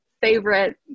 favorite